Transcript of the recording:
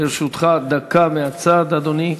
לרשותך דקה מהצד, אדוני.